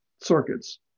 circuits